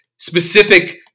specific